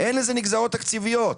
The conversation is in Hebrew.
אין לזה נגזרות תקציביות,